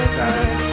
time